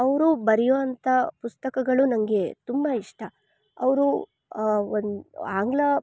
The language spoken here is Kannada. ಅವರು ಬರೆಯುವಂಥ ಪುಸ್ತಕಗಳು ನಂಗೆ ತುಂಬ ಇಷ್ಟ ಅವರು ಒಂದು ಆಂಗ್ಲ